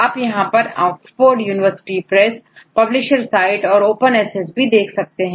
आप यहां पर Oxford university press publisher site और ओपन ACCESSभी देख सकते हैं